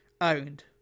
owned